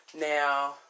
Now